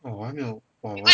!wah! 我还没有 !wah! 我